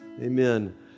Amen